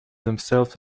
themselves